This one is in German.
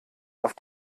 auf